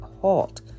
halt